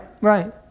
Right